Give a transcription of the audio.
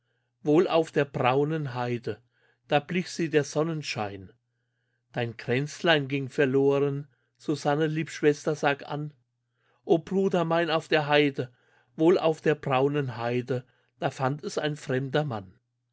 wohl auf der braunen heide da blich sie der sonnenschein dein kränzlein ging verloren susanne lieb schwester sag an o bruder mein auf der heide wohl auf der braunen heide da fand es ein fremder mann